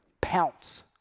pounce